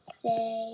say